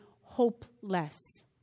hopeless